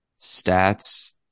stats